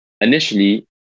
initially